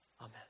Amen